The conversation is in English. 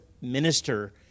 minister